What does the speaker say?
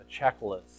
checklist